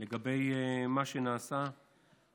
לגבי מה שנעשה,